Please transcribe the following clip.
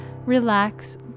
relax